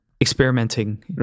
experimenting